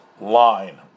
line